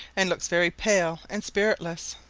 and looks very pale and spiritless.